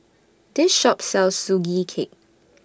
This Shop sells Sugee Cake